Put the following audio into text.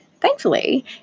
Thankfully